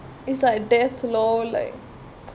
it's like death lor like